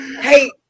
hey